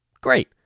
great